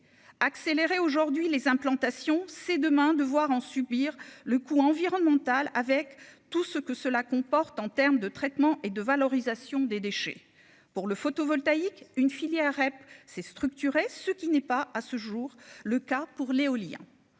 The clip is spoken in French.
accélérer aujourd'hui les implantations c'est demain devoir en subir le coût environnemental avec tout ce que cela comporte en terme de traitement et de valorisation des déchets pour le photovoltaïque, une filière REP s'est structuré, ce qui n'est pas à ce jour le cas pour l'éolien,